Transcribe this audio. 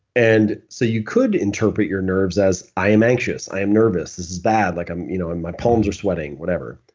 and so you could interpret your nerves as, i am anxious. i am nervous. this is bad. like you know and my palms are sweating, whatever,